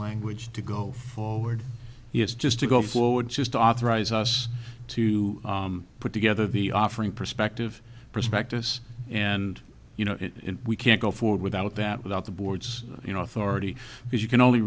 language to go forward yes just to go forward just authorize us to put together the offering perspective prospectus and you know we can't go forward without that without the board's you know authority because you can only